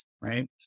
right